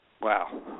Wow